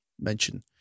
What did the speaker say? mention